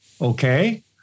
okay